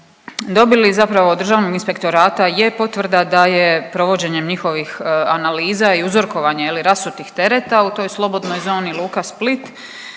dobili zapravo od Državnog inspektorata je potvrda da je provođenjem njihovih analiza i uzorkovanja, je li, rasutih tereta u toj slobodnoj zoni luka Split,